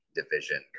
division